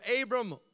Abram